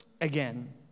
again